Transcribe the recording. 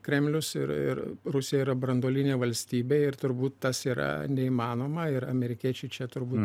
kremlius ir ir ir rusija yra branduolinė valstybė ir turbūt tas yra neįmanoma ir amerikiečiai čia turbūt